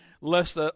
lest